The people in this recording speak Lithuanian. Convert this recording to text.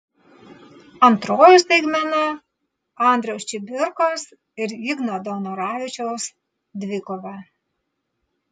antroji staigmena andriaus čibirkos ir igno daunoravičiaus dvikova